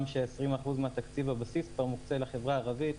ש-20% מהתקציב בבסיס כבר מוקצה לחברה הערבית.